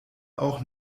auch